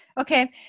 Okay